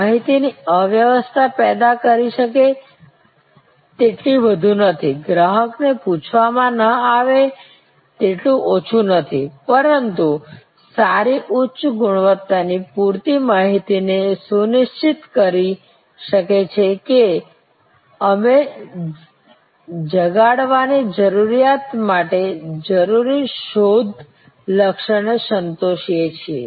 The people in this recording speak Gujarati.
માહિતીની અસ્વસ્થતા પેદા કરી શકે તેટલી વધુ નહીં ગ્રાહકને પૂછવામાં ન આવે તેટલું ઓછું નહીં પરંતુ સારી ઉચ્ચ ગુણવત્તાની પૂરતી માહિતી એ સુનિશ્ચિત કરી શકે છે કે અમે જગાડવાની જરૂરિયાત માટે જરૂરી શોધ લક્ષણને સંતોષીએ છીએ